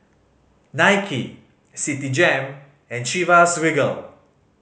Nike Citigem and Chivas Regal